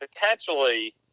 potentially